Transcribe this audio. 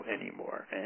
anymore